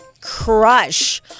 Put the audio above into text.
crush